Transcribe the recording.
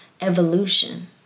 evolution